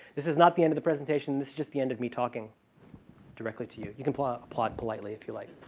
this is not the end of the presentation. it's just the end of me talking directly to you. you can applaud applaud politely if you like.